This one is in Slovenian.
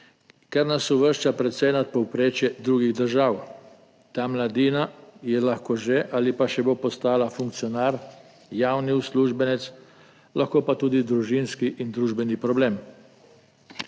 kar nas uvršča precej nad povprečje drugih držav. Ta mladina je lahko že ali pa še bo postala funkcionar, javni uslužbenec, lahko pa tudi družinski in družbeni problem.